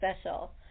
special